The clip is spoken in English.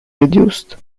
reduced